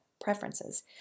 preferences